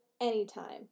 anytime